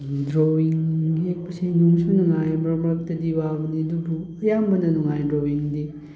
drawing ꯌꯦꯛꯄꯁꯦ ꯅꯨꯡꯁꯨ ꯅꯨꯡꯉꯥꯏ ꯃꯔꯛ ꯃꯔꯛꯇꯗꯤ ꯋꯥꯁꯨ ꯋꯥꯕꯅꯤ ꯑꯗꯨ ꯑꯌꯥꯝꯕꯅ ꯅꯨꯡꯉꯥꯏ ꯗ꯭ꯔꯣꯋꯤꯡꯗꯤ